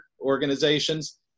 organizations